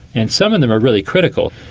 and some of them are really critical,